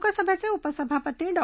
लोकसभेचे उपसभापती डॉ